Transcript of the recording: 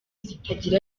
zitagira